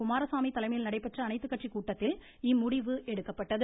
குமாரசாமி தலைமையில் நடைபெற்ற அனைத்துக்கட்சி கூட்டத்தில் இம்முடிவு எடுக்கப்பட்டது